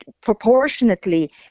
proportionately